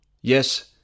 Yes